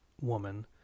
woman